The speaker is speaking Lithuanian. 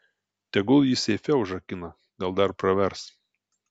tegul jį seife užrakina gal dar pravers